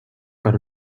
per